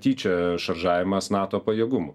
tyčia šaržavimas nato pajėgumų